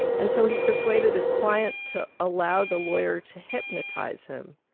and so he persuaded his client to allow the lawyer to hypnotise him,